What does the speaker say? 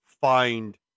find